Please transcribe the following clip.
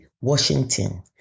washington